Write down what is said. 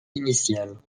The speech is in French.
initial